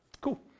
Cool